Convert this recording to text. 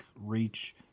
Reach